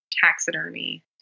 taxidermy